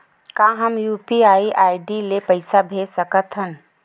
का हम UPI ID ले पईसा भेज सकथन?